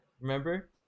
Remember